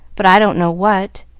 but i don't know what,